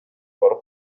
por